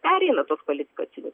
pereina tuos kvalifikacinius